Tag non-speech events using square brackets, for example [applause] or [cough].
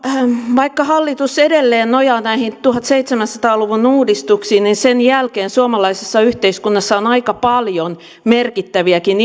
vaikka hallitus edelleen nojaa näihin tuhatseitsemänsataa luvun uudistuksiin niin sen jälkeen suomalaisessa yhteiskunnassa on aika paljon merkittäviäkin [unintelligible]